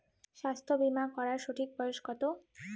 স্বাস্থ্য বীমা করার সঠিক বয়স কত?